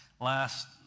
Last